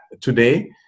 today